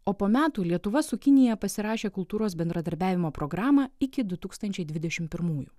o po metų lietuva su kinija pasirašė kultūros bendradarbiavimo programą iki du tūkstančiai dvidešimrt pirmųjų